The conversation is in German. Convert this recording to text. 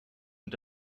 und